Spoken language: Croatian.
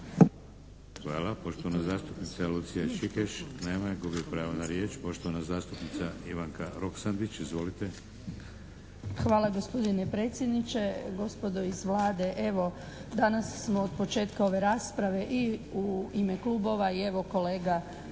Hvala. Poštovana zastupnica Lucija Čikeš. Nema je, gubi pravo na riječ. Poštovana zastupnica Ivanka Roksandić. Izvolite. **Roksandić, Ivanka (HDZ)** Hvala gospodine predsjedniče. Gospodo iz Vlade, evo danas smo od početka ove rasprave i u ime klubova i evo kolega